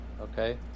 Okay